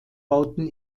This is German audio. bauten